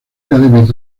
academias